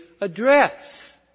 address